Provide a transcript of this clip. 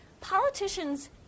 Politicians